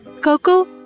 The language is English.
Coco